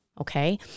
Okay